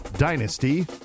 Dynasty